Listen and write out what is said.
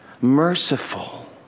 merciful